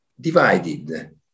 divided